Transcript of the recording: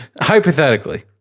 hypothetically